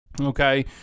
Okay